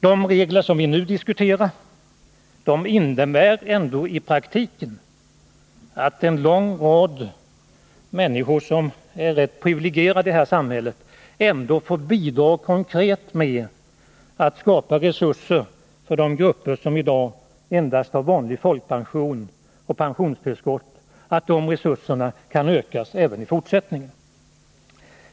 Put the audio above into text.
De regler vi nu diskuterar innebär ändå i praktiken att en lång rad människor som är ganska privilegierade i detta samhälle konkret får bidra till att resurserna för de grupper som i dag endast har vanlig folkpension och pensionstillskott även i fortsättningen skall kunna öka.